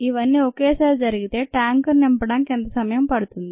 ఇవన్నీ ఒకేసారి జరిగితే ట్యాంకును నింపడానికి ఎంత సమయం పడుతుంది